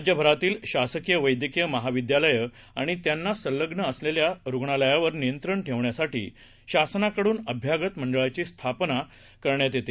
राज्यभरातीलशासकीयवैद्यकीयमहाविद्यालयेआणित्यांनासंलग्नअसलेल्यारूग्णालयावरनियंत्रणठेवण्यासाठीशासनाकड्रन अभ्यागतमंडळाचीस्थापनाकरण्यातयेते